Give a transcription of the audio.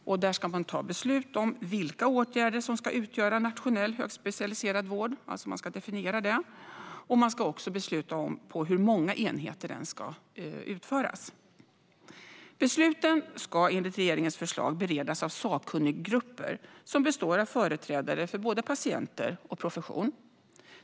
Man ska fatta beslut om vilka åtgärder som ska utgöra nationell högspecialiserad vård - man ska alltså definiera det - och på hur många enheter den ska utföras. Besluten ska enligt regeringens förslag beredas av sakkunniggrupper som består av företrädare för både patienter och profession.